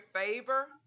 favor